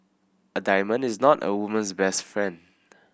a diamond is not a woman's best friend